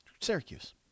Syracuse